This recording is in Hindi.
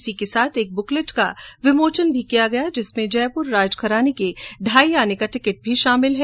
इसी के साथ एक बुकलेट का भी विमोचन किया गया जिसमें जयपुर राजघराने के ढाई आने का टिकिट भी शामिल है